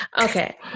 okay